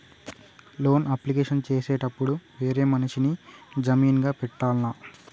Loan application చేసేటప్పుడు వేరే మనిషిని జామీన్ గా పెట్టాల్నా?